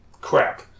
crap